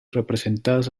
representadas